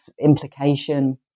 implication